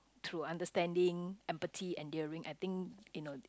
through understanding empathy endearing I think you know